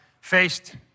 faced